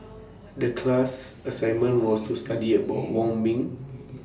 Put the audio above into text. The class assignment was to study about Wong Ming